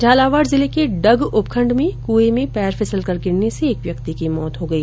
झालावाड जिले के डग उपखण्ड में कूएं में पैर फिसलकर गिरने से एक व्यक्ति की मौत हो गई